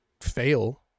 fail